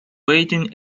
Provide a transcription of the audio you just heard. waiting